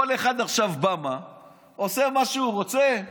כל אחד עכשיו בא ועושה מה שהוא רוצה?